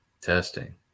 testing